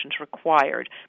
required